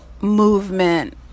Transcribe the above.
movement